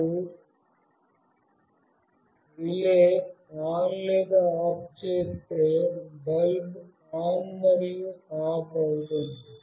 మీరు relay on లేదా off చేస్తే బల్బ్ ఆన్ మరియు ఆఫ్ అవుతుంది